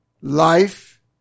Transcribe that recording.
life